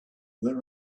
there